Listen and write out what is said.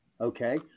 okay